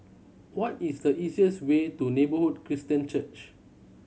what is the easiest way to Neighbourhood Christian Church